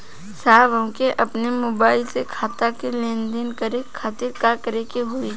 साहब हमके अपने मोबाइल से खाता के लेनदेन करे खातिर का करे के होई?